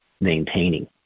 maintaining